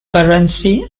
currency